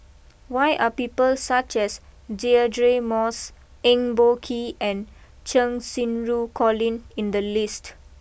why are people such as Deirdre Moss Eng Boh Kee and Cheng Xinru Colin in the list